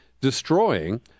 destroying